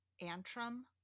Antrim